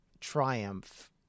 triumph